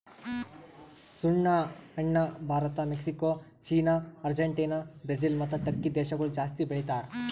ಸುಣ್ಣ ಹಣ್ಣ Bharat, Mexico, China, Argentina, Brazil ಮತ್ತ ಟರ್ಕಿ ದೇಶಗೊಳ್ ಜಾಸ್ತಿ ಬೆಳಿತಾರ್